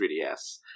3DS